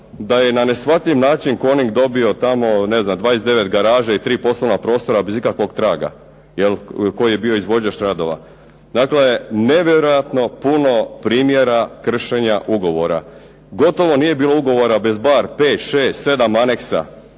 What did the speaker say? da je na neshvatljiv način Coning dobio tamo ne znam 29 garaža i 3 poslovna prostora bez ikakvog traga koji je bio izvođač radova. Dakle, nevjerojatno puno primjera kršenja ugovora. Gotovo nije bilo ugovora bez bar pet, šest,